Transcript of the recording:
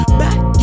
back